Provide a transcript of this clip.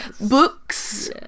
books